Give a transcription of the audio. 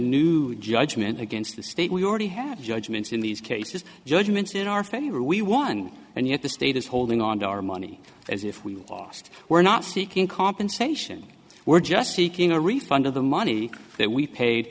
new judgment against the state we already have judgments in these cases judgments in our favor we won and yet the state is holding on to our money as if we lost we're not seeking compensation we're just seeking a refund of the money that we pa